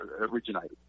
originated